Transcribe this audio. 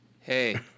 Hey